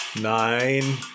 nine